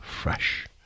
fresh